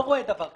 לא רואה דבר כזה.